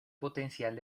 potencial